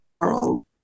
world